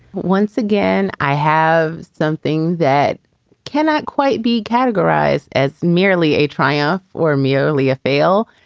once again, i have something that cannot quite be categorized as merely a triumph or merely a fail.